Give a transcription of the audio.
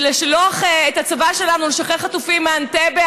לשלוח את הצבא שלנו לשחרר חטופים מאנטבה,